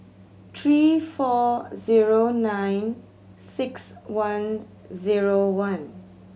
three four zero nine six one zero one